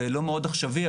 זה לא מאוד עכשווי,